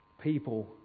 people